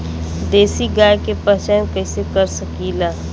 देशी गाय के पहचान कइसे कर सकीला?